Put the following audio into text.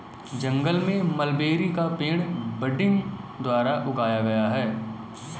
जंगल में मलबेरी का पेड़ बडिंग द्वारा उगाया गया है